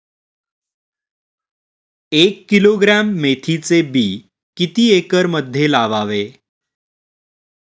एक किलोग्रॅम मेथीचे बी किती एकरमध्ये लावावे?